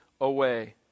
away